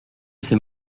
c’est